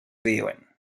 viuen